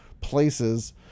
places